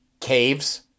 caves